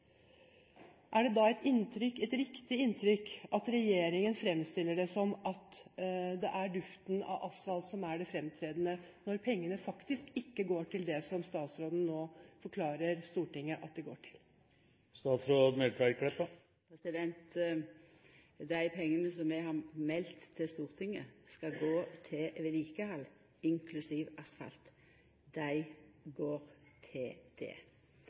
regjeringen å fremstille det som at det er duften av asfalt som er det fremtredende, når pengene faktisk ikke går til det som statsråden nå forklarer Stortinget at de går til? Dei pengane som vi har meldt til Stortinget skal gå til vedlikehald, inklusiv asfalt, går til det.